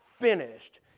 finished